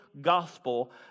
gospel